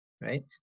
Right